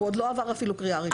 הוא עוד לא עבר אפילו קריאה ראשונה.